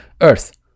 earth